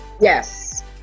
Yes